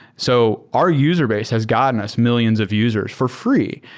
so our user base has gotten us millions of users for free,